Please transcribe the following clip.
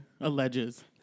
alleges